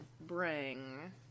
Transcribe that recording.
bring